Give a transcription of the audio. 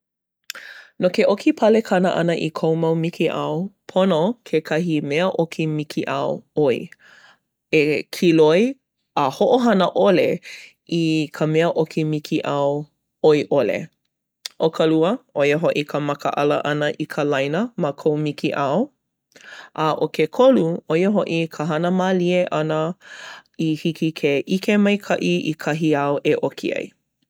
No ke ʻoki palekana ʻana i kou mau mikiʻao pono kekahi mea ʻoki mikiʻao ʻoi. E kiloi a hoʻohana ʻole i ka mea ʻoki mikiʻao ʻoi ʻole. ʻO ka lua ʻo ia hoʻi ka makaʻala ʻana i ka laina ma kou mikiʻao. A ʻo ke kolu ʻo ia hoʻi ka hana mālie ʻana i hiki ke ʻike maikaʻi i kahi āu e ʻoki ai.